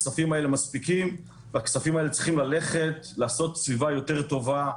הכספים האלה צריכים ללכת לסביבה יותר טובה,